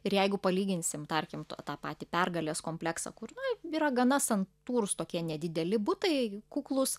ir jeigu palyginsim tarkim tą tą patį pergalės kompleksą kur nu yra gana santūrūs tokie nedideli butai kuklūs